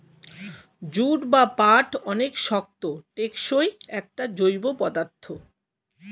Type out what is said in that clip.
jute বা পাট অনেক শক্ত, টেকসই একটা জৈব পদার্থ